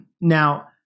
Now